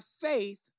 faith